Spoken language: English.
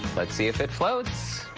let's see if it floats.